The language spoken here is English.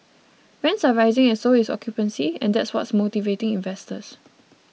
rents are rising and so is occupancy and that's what's motivating investors